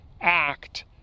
act